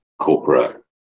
corporate